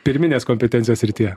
pirminės kompetencijos srityje